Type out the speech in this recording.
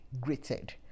greeted